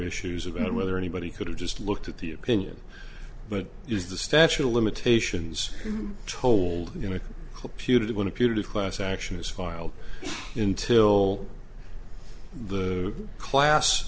issues of it whether anybody could have just looked at the opinion but is the statute of limitations told you no computers are going to punitive class action is filed until the class